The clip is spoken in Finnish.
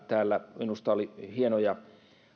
täällä minusta oli hienoja